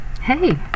Hey